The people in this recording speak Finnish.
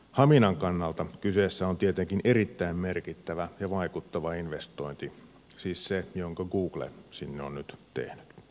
haminan kannalta kyseessä on tietenkin erittäin merkittävä ja vaikuttava investointi siis se jonka google sinne on nyt tehnyt